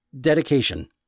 Dedication